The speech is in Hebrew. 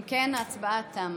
אם כן, תמה ההצבעה.